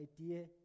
idea